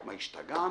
מה, השתגענו?